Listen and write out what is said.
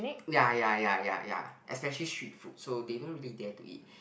ya ya ya ya ya especially street food so they don't really dare to eat